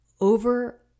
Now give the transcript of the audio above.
over